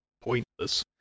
pointless